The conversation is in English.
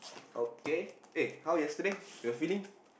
okay eh how yesterday your feeling